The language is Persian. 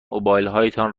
موبایلهایتان